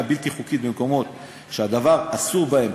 בלתי חוקית במקומות שהדבר אסור בהם,